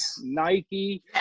Nike